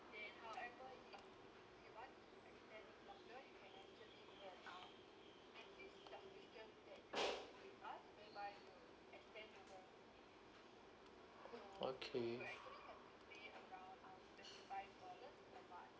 okay